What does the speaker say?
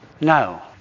No